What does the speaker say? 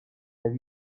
have